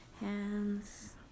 hands